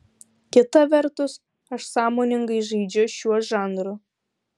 kita vertus aš sąmoningai žaidžiu šiuo žanru